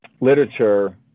literature